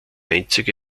einzige